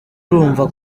urumva